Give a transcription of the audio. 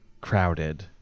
crowded